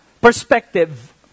perspective